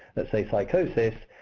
let's say psychosis,